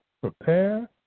prepare